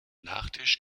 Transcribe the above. nachtisch